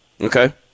Okay